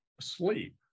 sleep